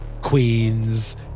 Queens